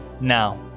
Now